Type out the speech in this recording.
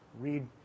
read